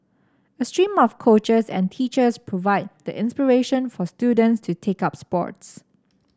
a stream of coaches and teachers provide the inspiration for students to take up sports